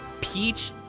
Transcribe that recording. Peach